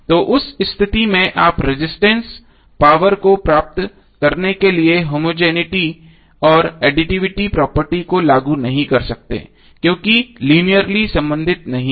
तो उस स्थिति में आप रेजिस्टेंस पावर को प्राप्त करने के लिए होमोजेनििटी और एडिटिविटी प्रॉपर्टी को लागू नहीं कर सकते क्योंकि ये लीनियरली संबंधित नहीं हैं